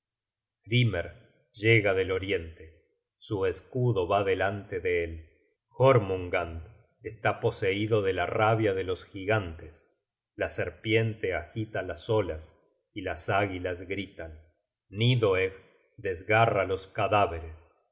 hrymer llega del oriente su escudo va delante de él jormungand está poseido de la rabia de los gigantes la serpiente agita las olas y las águilas gritan nidhoegg desgarra los cadáveres